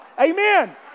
Amen